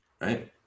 right